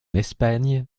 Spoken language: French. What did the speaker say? espagne